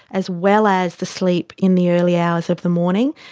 as well as the sleep in the early hours of the morning,